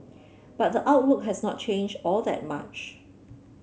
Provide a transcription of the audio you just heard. but the outlook has not changed all that much